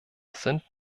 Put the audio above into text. sind